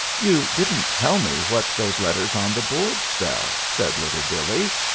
you didn't tell me what those letters on the boards spell, said little billee.